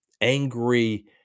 angry